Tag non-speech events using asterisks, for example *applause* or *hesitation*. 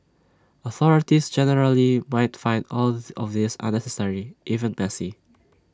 authorities generally might find all *hesitation* of this unnecessary even messy